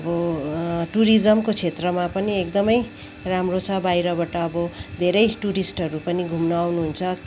अब टुरिज्मको क्षेत्रमा पनि एकदमै राम्रो छ बाहिरबाट अब धेरै टुरिस्टहरू पनि घुम्न आउनुहुन्छ